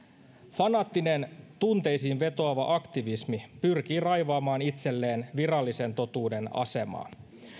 fanaattinen tunteisiin vetoava aktivismi pyrkii raivaamaan itselleen virallisen totuuden asemaa